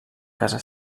casa